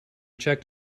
checked